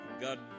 God